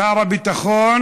שר הביטחון